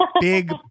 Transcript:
big